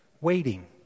Waiting